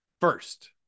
First